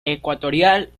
ecuatorial